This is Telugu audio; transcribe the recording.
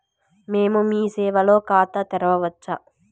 మేము మీ సేవలో ఖాతా తెరవవచ్చా?